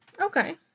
Okay